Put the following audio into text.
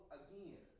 again